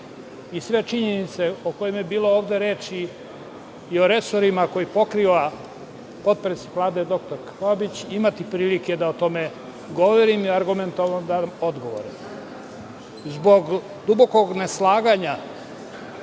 i sve činjenice o kojima je bilo ovde reči i o resorima koje pokriva potpredsednik Vlade dr Krkobabić, imati prilike da o tome govorim i argumentovano da dobijam odgovore. Zbog dubokog neslaganja